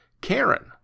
Karen